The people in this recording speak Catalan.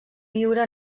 viure